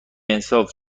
انصاف